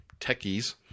techies